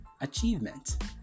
achievement